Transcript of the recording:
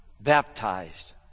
baptized